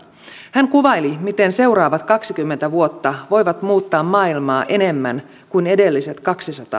hän kuvaili miten seuraavat kaksikymmentä vuotta voivat muuttaa maailmaa enemmän kuin edelliset kaksisataa